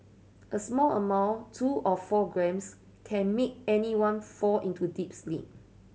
a small amount two or four grams can make anyone fall into a deep sleep